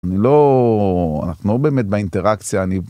אני לא, אנחנו לא באמת באינטראקציה.